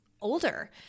older